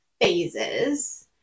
phases